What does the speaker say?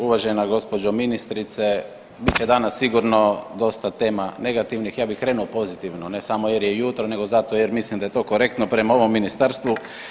Uvažena gđo. ministrice bit će danas sigurno dosta tema negativnih, ja bih krenuo pozitivno ne samo jer je jutro nego zato jer mislim da je to korektno prema ovom ministarstvu.